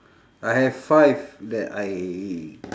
I have five that I